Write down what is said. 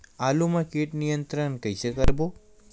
आलू मा कीट नियंत्रण कइसे करबो?